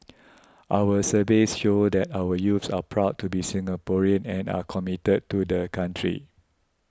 our surveys show that our youths are proud to be Singaporean and are committed to the country